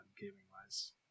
gaming-wise